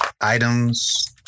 items